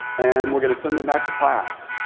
and we're going to send them back to class,